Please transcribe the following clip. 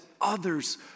others